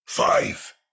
Five